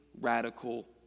radical